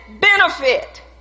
benefit